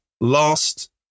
last